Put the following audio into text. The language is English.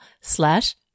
slash